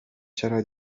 چرا